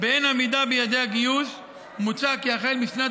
באין עמידה ביעדי הגיוס מוצע כי החל משנת